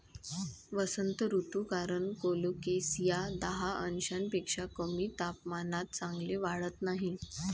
वसंत ऋतू कारण कोलोकेसिया दहा अंशांपेक्षा कमी तापमानात चांगले वाढत नाही